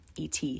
et